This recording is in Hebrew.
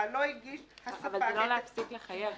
זה לא "להפסיק לחייב".